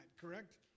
correct